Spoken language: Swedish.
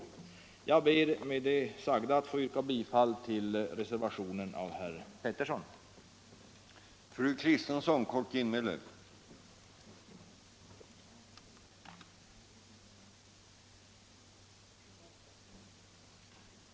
Med det sagda, herr talman, yrkar jag bifall till den vid justitieutskottets betänkande nr 33 fogade reservationen av herr Pettersson i Västerås.